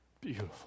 Beautiful